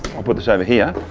i'll put this over here,